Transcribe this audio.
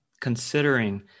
considering